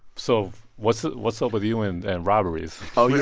so what's ah what's up with you and and robberies? oh, yeah